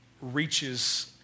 reaches